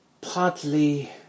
partly